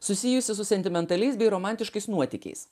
susijusi su sentimentaliais bei romantiškais nuotykiais